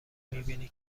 میبینی